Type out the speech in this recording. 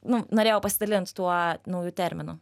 nu norėjau pasidalint tuo nauju terminu